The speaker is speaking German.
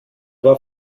war